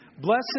Blessed